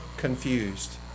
Confused